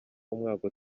umwaka